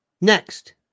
Next